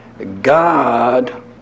God